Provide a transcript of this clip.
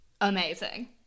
amazing